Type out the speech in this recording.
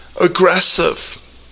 aggressive